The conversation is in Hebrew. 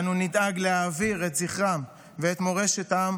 אנו נדאג להעביר את זכרם ואת מורשת העם